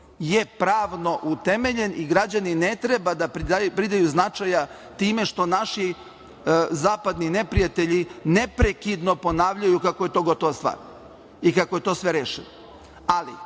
je pravno utemeljen i građani ne treba da pridaju značaja time što naši zapadni neprijatelji neprekidno ponavljaju kako je to gotova stvar i kako je to sve rešeno. To